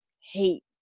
hate